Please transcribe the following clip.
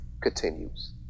continues